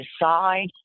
decide